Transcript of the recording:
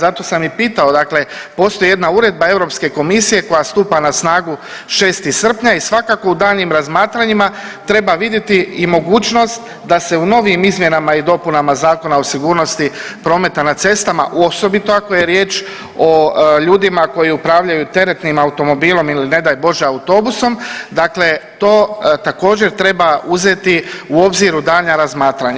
Zato sam i pitao, dakle postoji jedna uredba EK koja stupa na snagu 6. srpnja i svakako u daljnjim razmatranjima treba vidjeti i mogućnost da se u novijim izmjenama i dopunama Zakona o sigurnosti prometa na cestama, osobito ako je riječ o ljudima koji upravljaju teretnim automobilom ili ne daj Bože autobusom, dakle to također, treba uzeti u obzir u daljnja razmatranja.